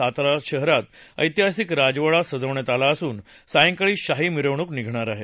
सातारा शहरातला ऐतिहासिक राजवाडा सजवण्यात आला असून सायंकाळी शाही मिरवणूक निघणार आहे